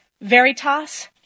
Veritas